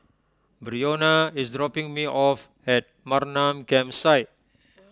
Breonna is dropping me off at Mamam Campsite